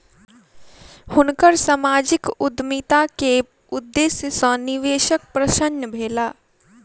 हुनकर सामाजिक उद्यमिता के उदेश्य सॅ निवेशक प्रसन्न भेला